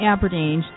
Aberdeen